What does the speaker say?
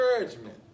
encouragement